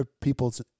people's